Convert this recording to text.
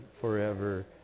forever